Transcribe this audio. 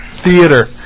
theater